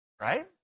Right